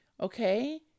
Okay